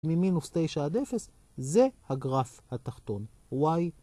ממינוס 9 עד 0 זה הגרף התחתון. y